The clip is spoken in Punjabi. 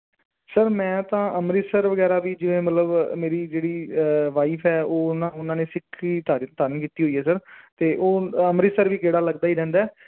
ਸਰ ਮੈਂ ਤਾਂ ਅੰਮ੍ਰਿਤਸਰ ਵਗੈਰਾ ਵੀ ਜਿਵੇਂ ਮਤਲਬ ਮੇਰੀ ਜਿਹੜੀ ਵਾਈਫ ਹੈ ਉਹ ਉਹਨਾਂ ਨੇ ਸਿੱਖੀ ਧਾਰਨ ਕੀਤੀ ਹੋਈ ਹੈ ਸਰ ਅਤੇ ਉਹ ਅੰਮ੍ਰਿਤਸਰ ਵੀ ਗੇੜਾ ਲੱਗਦਾ ਹੀ ਰਹਿੰਦਾ